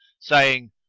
saying,